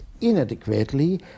inadequately